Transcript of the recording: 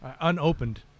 Unopened